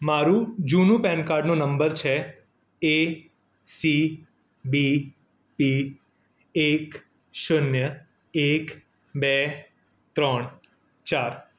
મારું જૂનું પેનકાર્ડનો નંબર છે એ સી બી પી એક શૂન્ય એક બે ત્રણ ચાર